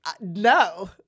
No